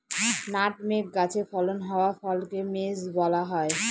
nutmeg গাছে ফলন হওয়া ফলকে মেস বলা হয়